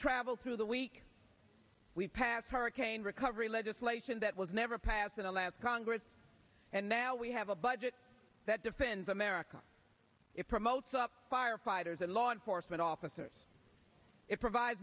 travel through the week we've passed hurricane recovery legislation that was never passed in the last congress and now we have a budget that depends on merica it promotes up firefighters and law enforcement officers it provides